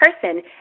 person